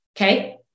okay